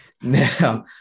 Now